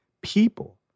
people